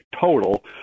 total